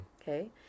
Okay